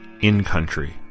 In-Country